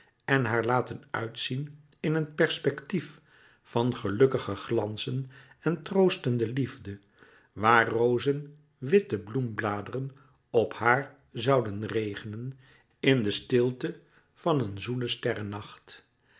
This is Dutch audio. en haar laten uitzien in een perspectief van gelukkige glanlouis couperus metamorfoze zen en troostende liefde waar rozen witte bloembladeren op haar zouden regenen in de stilte van een zoelen